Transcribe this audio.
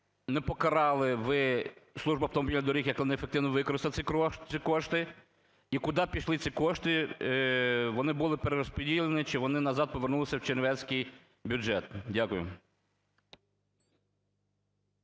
не покарали ви Службу автомобільних доріг, яка не ефективно використала ці кошти? І куди пішли ці кошти? Вони були перерозподілені чи вони назад повернулися в чернівецький бюджет? Дякую.